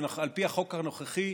על פי החוק הנוכחי,